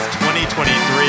2023